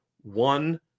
one